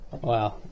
wow